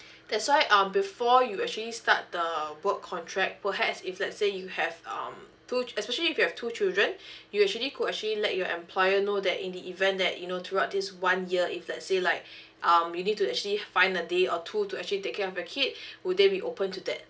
that's why um before you actually start the work contract perhaps if let's say you have um two actually you have two children you actually could actually let your employer know that in the event that you know throughout this one year if let's say like um you need to actually find a day or two to actually take care of your kid will they be open to that